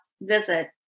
visit